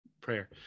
prayer